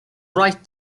write